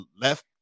left